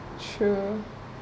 true